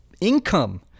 income